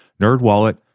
Nerdwallet